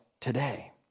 today